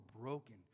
broken